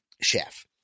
chef